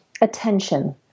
attention